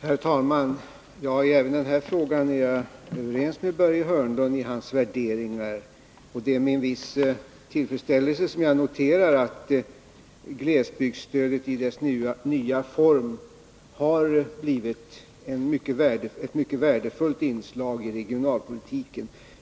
Herr talman! Även i denna fråga är jag överens med Börje Hörnlund i hans värderingar. Det är med en viss tillfredsställelse som jag noterar att glesbygdsstödet i dess nya form har blivit ett mycket värdefullt inslag i regionalpolitiken.